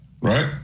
right